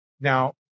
now